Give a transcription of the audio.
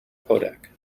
codec